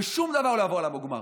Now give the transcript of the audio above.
ושום דבר לא יבוא על המוגמר.